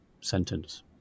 sentence